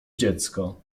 dziecko